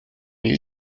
you